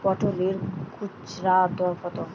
পটলের খুচরা দর কত?